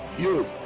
you